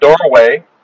doorway